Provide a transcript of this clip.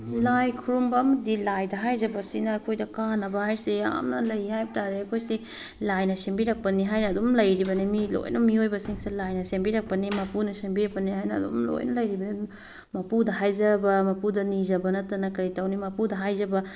ꯂꯥꯏ ꯈꯨꯔꯨꯝꯕ ꯑꯃꯗꯤ ꯂꯥꯏꯗ ꯍꯥꯏꯖꯕ ꯑꯁꯤꯅ ꯑꯩꯈꯣꯏꯗ ꯀꯥꯟꯅꯕ ꯍꯥꯏꯁꯤ ꯌꯥꯝꯅ ꯂꯩ ꯍꯥꯏꯕꯇꯥꯔꯦ ꯑꯩꯈꯣꯏꯁꯤ ꯂꯥꯏꯅ ꯁꯦꯝꯕꯤꯔꯛꯄꯅꯤ ꯍꯥꯏꯅ ꯑꯗꯨꯝ ꯂꯩꯔꯤꯕꯅꯤ ꯃꯤ ꯂꯣꯏꯅꯃꯛ ꯃꯤꯑꯣꯏꯕꯁꯤꯡꯁꯦ ꯂꯥꯏꯅ ꯁꯦꯝꯕꯤꯔꯛꯄꯅꯤ ꯃꯄꯨꯅ ꯁꯦꯝꯕꯤꯔꯛꯄꯅꯤ ꯍꯥꯏꯅ ꯑꯗꯨꯝ ꯂꯣꯏ ꯂꯩꯔꯤꯕꯅꯤ ꯑꯗꯨꯝ ꯃꯄꯨꯗ ꯍꯥꯏꯖꯕ ꯃꯄꯨꯗ ꯅꯤꯖꯕ ꯅꯠꯇꯅ ꯀꯩ ꯇꯧꯅꯤ ꯃꯄꯨꯗ ꯍꯥꯏꯖꯕ